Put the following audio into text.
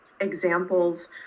examples